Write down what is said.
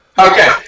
Okay